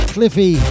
Cliffy